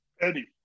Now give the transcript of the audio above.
Eddie